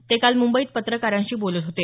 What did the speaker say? ते काल मुंबईत पत्रकारांशी बोलत होते